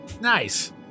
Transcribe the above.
Nice